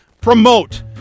promote